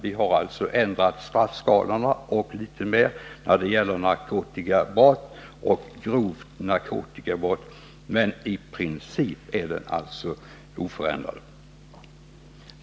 Vi har ändrat straffskalorna och litet annat när det gäller grova narkotikabrott. Men i princip är alltså lagen oförändrad.